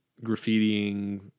graffitiing